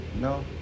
No